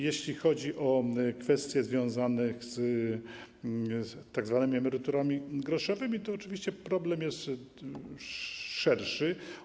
Jeśli chodzi o kwestię związaną z tzw. emeryturami groszowymi, to oczywiście problem jest szerszy.